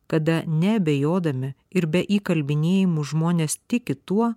kada neabejodami ir be įkalbinėjimų žmonės tiki tuo